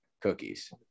cookies